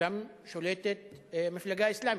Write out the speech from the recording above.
שם שולטת מפלגה אסלאמית.